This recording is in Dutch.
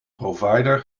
provider